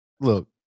look